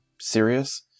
serious